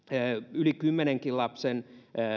yli kymmenen lapsen